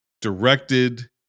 directed